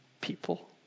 people